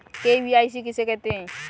KYC किसे कहते हैं?